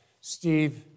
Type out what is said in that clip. Steve